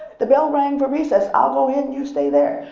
the bell rang for recess! i'll go in, you stay there,